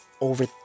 over